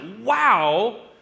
wow